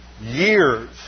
years